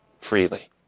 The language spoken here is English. freely